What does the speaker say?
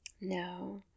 No